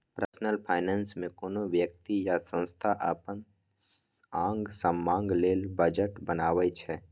personal finance मे कोनो बेकती या संस्था अपन आंग समांग लेल बजट बनबै छै